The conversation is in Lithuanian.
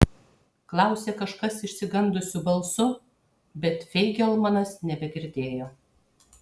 klausė kažkas išsigandusiu balsu bet feigelmanas nebegirdėjo